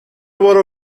برو